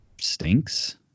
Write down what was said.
stinks